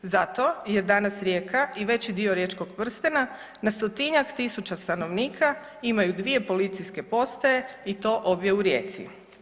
Zato jer danas Rijeka i veći dio riječkog prstena na 100-tinjak tisuća stanovnika imaju 2 policijske postaje i to obje u Rijeci.